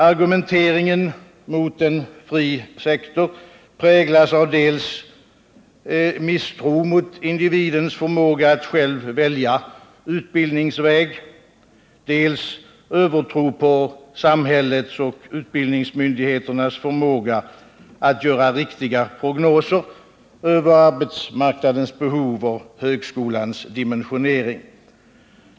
Argumenteringen mot en fri sektor präglas av dels misstro mot individens förmåga att själv välja utbildningsväg, dels övertro på samhällets och utbildningsmyndigheternas förmåga att göra riktiga prognoser över arbetsmarknadens behov och högskolans dimensionering.